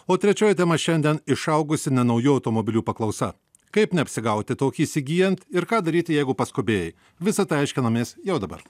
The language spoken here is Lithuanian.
o trečioji tema šiandien išaugusi nenaujų automobilių paklausa kaip neapsigauti tokį įsigyjant ir ką daryti jeigu paskubėjai visą tai aiškinamės jau dabar